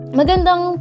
magandang